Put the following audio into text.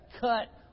cut